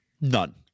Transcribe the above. None